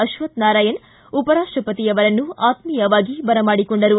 ಅಶ್ವಥ್ ನಾರಾಯಣ ಉಪರಾಷ್ಟಪತಿ ಅವರನ್ನು ಆತ್ಮೀಯವಾಗಿ ಬರಮಾಡಿಕೊಂಡರು